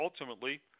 ultimately